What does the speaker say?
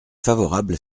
favorable